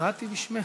קראתי בשמך.